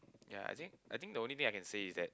ya I think I think the only thing I can say is that